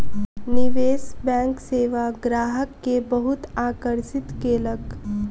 निवेश बैंक सेवा ग्राहक के बहुत आकर्षित केलक